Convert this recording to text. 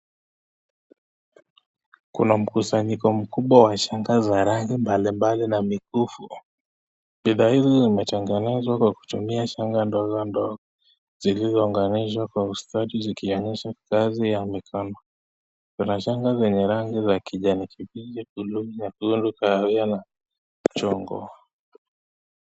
Kuna mkusanyiko mkubwa wa shanga mbali mbali na mikufu. Bidhaa hizo zimetengenezwa kwa kutumia shanga ndogo ndogo, zilizounganishwa kwa ustadi zikionyesha kazi ya mikono. Kuna shanga zenye rangi za kijani kibichi, bluu, kahawia na machungwa.